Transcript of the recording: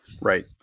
Right